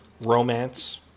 romance